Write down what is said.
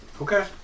Okay